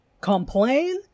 complain